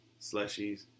slushies